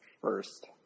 first